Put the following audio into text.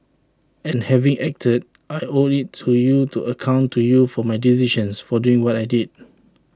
and having acted I owe IT to you to account to you for my decisions for doing what I did